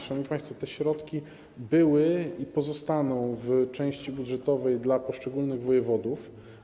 Szanowni państwo, te środki były i pozostaną w części budżetowej dla poszczególnych wojewodów.